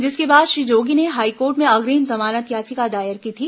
जिसके बाद श्री जोगी ने हाईकोर्ट में अग्रिम जमानत याचिका दायर की थी